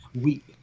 weep